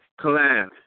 collab